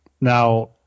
Now